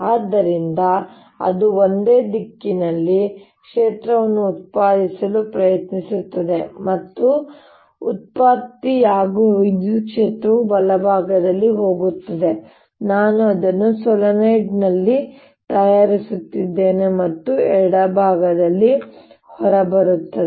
ಆದ್ದರಿಂದ ಅದು ಒಂದೇ ದಿಕ್ಕಿನಲ್ಲಿ ಕ್ಷೇತ್ರವನ್ನು ಉತ್ಪಾದಿಸಲು ಪ್ರಯತ್ನಿಸುತ್ತದೆ ಮತ್ತು ಆದ್ದರಿಂದ ಉತ್ಪತ್ತಿಯಾಗುವ ವಿದ್ಯುತ್ ಕ್ಷೇತ್ರವು ಬಲಭಾಗದಲ್ಲಿ ಹೋಗುತ್ತದೆ ನಾನು ಅದನ್ನು ಸೊಲೀನಾಯ್ಡ್ನ ಲ್ಲಿ ತಯಾರಿಸುತ್ತಿದ್ದೇನೆ ಮತ್ತು ಎಡಭಾಗದಲ್ಲಿ ಹೊರಬರುತ್ತದೆ